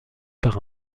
par